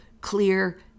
clear